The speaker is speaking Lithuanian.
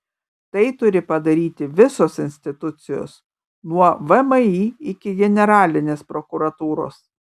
tai turi padaryti visos institucijos nuo vmi iki generalinės prokuratūros